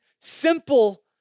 simple